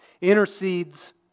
intercedes